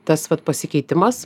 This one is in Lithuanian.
tas vat pasikeitimas